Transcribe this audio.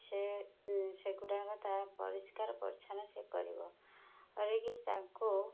ସେ ସେଗୁଡ଼ାକ ତାର ପରିଷ୍କାର ପରିଚ୍ଛନ୍ନ ସିଏ କରିବ କରିକି ତାଙ୍କୁ